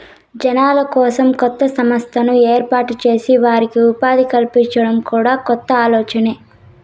జనాల కోసం కొత్త సంస్థను ఏర్పాటు చేసి వారికి ఉపాధి కల్పించడం కూడా కొత్త ఆలోచనే